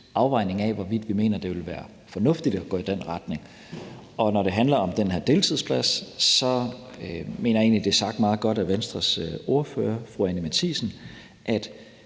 afvejning af, hvorvidt vi mener, det vil være fornuftigt at gå i den retning. Når det handler om den her deltidsplads, mener jeg egentlig, det er sagt meget godt af Venstres ordfører, fru Anni Matthiesen,